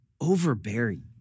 overbearing